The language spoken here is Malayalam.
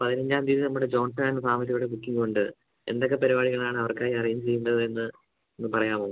പതിനഞ്ചാം തീയ്യതി നമ്മുടെ ജോൺസൺ ആൻഡ് ഫാമിലി ഇവിടെ ബുക്കിംങ്ങുണ്ട് എന്തൊക്കെ പരിപാടികളാണ് അവർക്കായി അറേഞ്ച് ചെയ്യേണ്ടതെന്ന് ഒന്ന് പറയാമോ